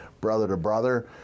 brother-to-brother